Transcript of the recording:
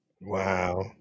Wow